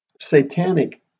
satanic